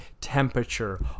temperature